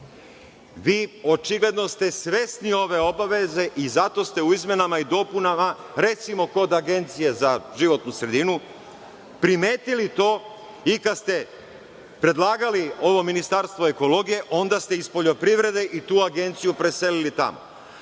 ste očigledno svesni ove obaveze i zato ste u izmenama i dopunama, recimo, kod Agencije za životnu sredinu primetili to i kada ste predlagali ovo ministarstvo ekologije, onda ste iz poljoprivrede i tu agenciju preselili tamo.